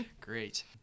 Great